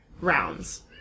rounds